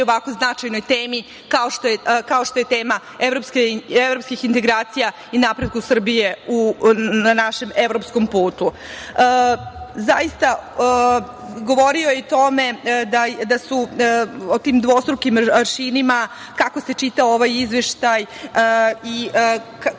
ovako značajnoj temi kao što je tema evropskih integracija i napretku Srbije na našem evropskom putu. Govorio je o tim dvostrukim aršinima, kako se čita ovaj izveštaj i kako